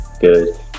good